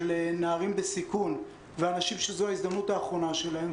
של נערים בסיכון ואנשים שזו ההזדמנות האחרונה שלהם,